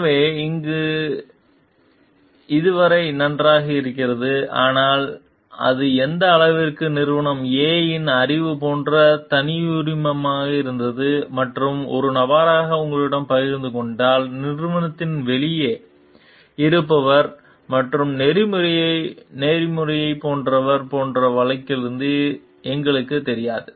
எனவே இங்கு வரை நன்றாக இருக்கிறது ஆனால் அது எந்த அளவிற்கு நிறுவனத்தின் A இன் அறிவு போன்ற தனியுரிமமாக இருந்தது மற்றும் ஒரு நபராக உங்களுடன் பகிர்ந்து கொண்டால் நிறுவனத்திற்கு வெளியே இருப்பவர் மற்றும் நெறிமுறையைப் போன்றவர் போன்ற வழக்கிலிருந்து எங்களுக்குத் தெரியாது